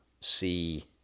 see